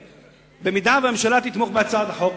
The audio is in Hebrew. במידה שהממשלה תתמוך בהצעת החוק,